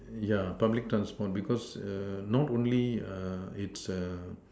yeah public transport because err not only err it's err